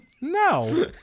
No